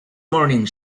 morning